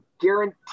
guarantee